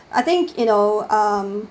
I think you know um